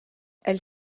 elle